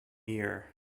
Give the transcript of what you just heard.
year